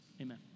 amen